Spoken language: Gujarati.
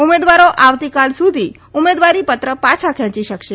ઉમેદવારો આવતીકાલ સુધી ઉમેદવારી પત્ર પાછા ખેંચી શકશે